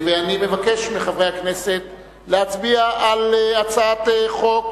אני מבקש מחברי הכנסת להצביע על הצעת חוק